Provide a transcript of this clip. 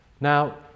Now